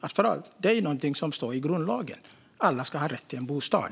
Det är trots allt någonting som står i grundlagen. Alla ska ha rätt till en bostad.